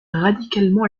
radicalement